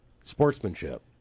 Sportsmanship